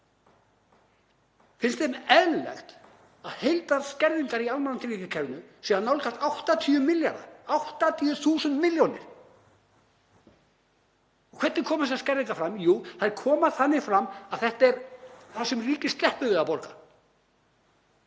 Finnst þeim eðlilegt að heildarskerðingar í almannatryggingakerfinu séu að nálgast 80 milljarða, 80.000 milljónir? Og hvernig koma þessar skerðingar fram? Jú, þær koma þannig fram að þetta er það sem ríkið sleppur við að borga.